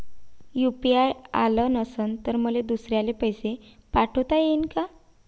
UPI नसल तर मले दुसऱ्याले पैसे पाठोता येईन का?